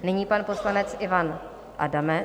Nyní pan poslanec Ivan Adamec.